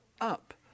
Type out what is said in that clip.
up